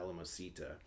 Alamosita